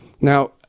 Now